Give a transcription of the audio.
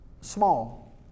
small